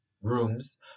rooms